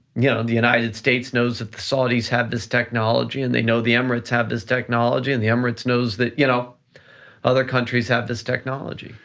yeah the united states knows that the saudis have this technology and they know the emirates emirates have this technology, and the emirates knows that you know other countries have this technology.